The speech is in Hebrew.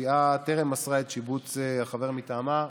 הסיעה טרם מסרה את שיבוץ החבר מטעמה,